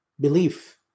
belief